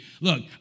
Look